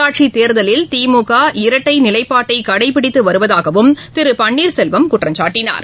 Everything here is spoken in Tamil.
உள்ளாட்சித்தேர்தலில் திமுக இரட்டைநிலைப்பாட்டைகடைபிடித்துவருவதாகவும் திருபன்னீர்செல்வம் குற்றம் சாட்டினார்